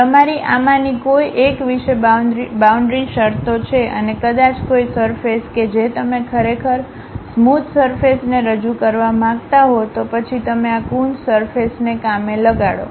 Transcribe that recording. તમારી આમાંની કોઈ એક વિશે બાઉન્ડ્રી શરતો છે અને કદાચ કોઈ સરફેસ કે જે તમે ખરેખર સ્મોધ સરફેસને રજૂ કરવા માંગતા હો તો પછી તમે આ કુન્સ સરફેસને કામે લગાડો